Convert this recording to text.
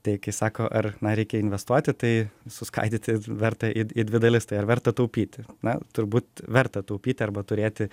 tai kaip sako ar na reikia investuoti tai suskaidyti verta į į dvi dalis tai ar verta taupyti na turbūt verta taupyti arba turėti